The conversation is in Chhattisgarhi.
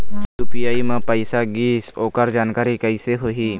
यू.पी.आई म पैसा गिस ओकर जानकारी कइसे होही?